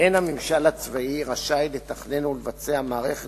"אין הממשל הצבאי רשאי לתכנן ולבצע מערכת